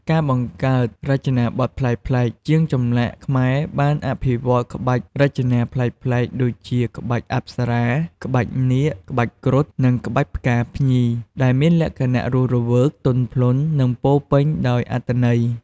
ការបង្កើតរចនាបថប្លែកៗ ជាងចម្លាក់ខ្មែរបានអភិវឌ្ឍក្បាច់រចនាប្លែកៗ ដូចជាក្បាច់អប្សរា ក្បាច់នាគ ក្បាច់គ្រុឌ និងក្បាច់ផ្កាភ្ញី ដែលមានលក្ខណៈរស់រវើក ទន់ភ្លន់ និងពោរពេញដោយអត្ថន័យ។